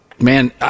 Man